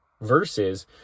versus